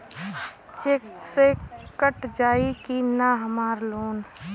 Check से cut जाई की ना हमार लोन?